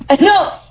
No